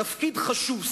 תפקיד חשוב,